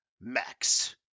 Max